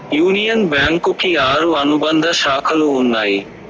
union bank కి ఆరు అనుబంధ శాఖలు ఉన్నాయి